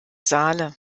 saale